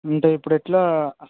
అంటే ఇప్పుడు ఎలా